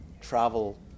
travel